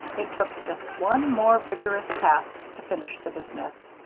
it took just one more vigorous cast to finish the business.